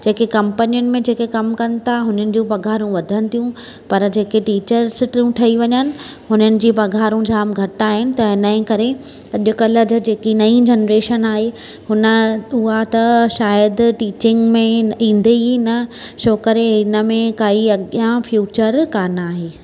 जेके कंपनियुनि में जेके कमु कनि था हुननि जूं पघारूं वधिनि थियूं पर जेके टिचर्स थियूं ठई वञनि हुननि जी पघारूं जाम घटि आहिनि त हिनजे करे अॼुकल्ह जो जेकी नई जनरेशन आहे हुन उहा त शायदि टीचिंग में ईंदी ई न छोकरे इन में काई अॻियां फ्युचर कान आहे